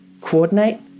coordinate